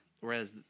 Whereas